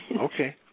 Okay